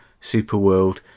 Superworld